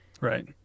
Right